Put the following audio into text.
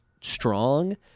strong